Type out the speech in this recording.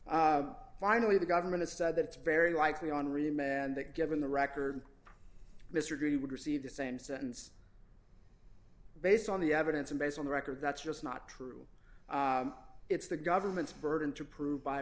finally the government has said that it's very likely on remand that given the record mr green would receive the same sentence based on the evidence and based on the record that's just not true it's the government's burden to prove by